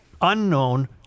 unknown